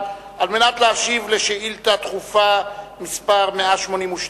על מנת להשיב על שאילתא דחופה מס' 182,